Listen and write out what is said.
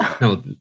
No